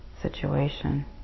situation